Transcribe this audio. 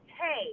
hey